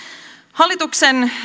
hallituksen